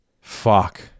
Fuck